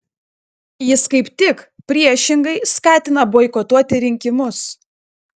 jis kaip tik priešingai skatina boikotuoti rinkimus